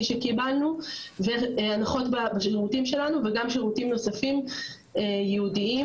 שקיבלנו והנחות בשירותים שלנו וגם שירותים נוספים ייעודיים,